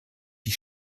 die